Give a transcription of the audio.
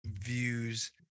Views